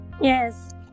yes